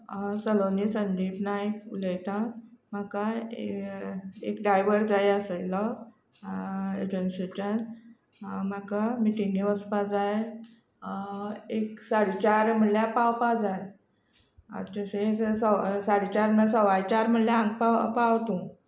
सलोनी संदीप नायक उलयतां म्हाका एक ड्रायवर जाय आसलो एजंसीच्यान म्हाका मिटिंगे वचपा जाय एक साडे चार म्हळ्यार पावपा जाय तशे सव साडे चार म्हळ्यार सवाय चार म्हळ्यार हांगा पाव पाव तूं